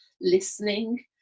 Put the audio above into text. listening